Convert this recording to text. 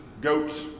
goats